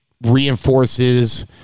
reinforces